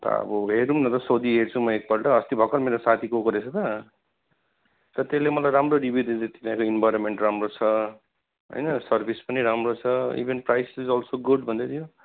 अन्त अब हेरौँ न त सोधिहेर्छु म एकपल्ट अस्ति भर्खर मेरो साथी गएको रहेछ त त त्यसले मलाई राम्रो रिभ्यु दिँदैथ्यो तिनीहरूले इन्भइरोमेन्ट राम्रो छ होइन सर्भिस पनि राम्रो छ even price is also good भन्दैथ्यो